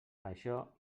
això